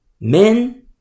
Men